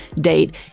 date